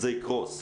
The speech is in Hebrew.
זה יקרוס.